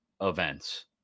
events